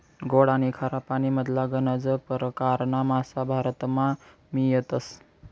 गोड आनी खारा पानीमधला गनज परकारना मासा भारतमा मियतस